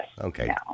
Okay